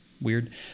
weird